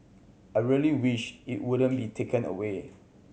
I really wish it wouldn't be taken away